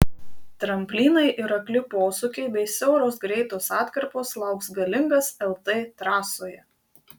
tramplynai ir akli posūkiai bei siauros greitos atkarpos lauks galingas lt trasoje